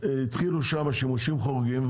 התחילו שם שימושים חורגים,